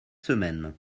semaine